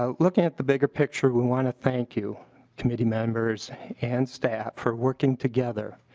um looking at the bigger picture we want to thank you committee members and staff for working together.